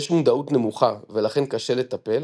יש מודעות נמוכה ולכן קשה לטפל